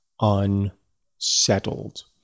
unsettled